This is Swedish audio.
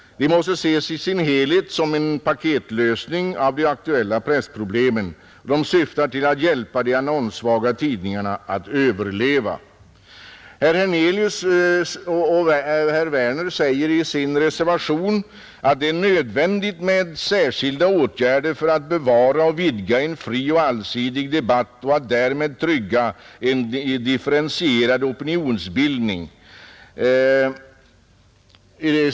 De måste ses i sin helhet som en paketlösning av de aktuella pressproblemen. De syftar till att hjälpa de annonssvaga tidningarna att överleva. Herr Hernelius och herr Werner i Malmö säger i sin reservation, som är fogad till konstitutionsutskottets betänkande, att det är ”nödvändigt med särskilda åtgärder för att bevara och vidga en fri och allsidig debatt och för att därmed trygga en differentierad opinionsbildning”.